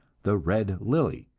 the red lily,